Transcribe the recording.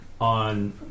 On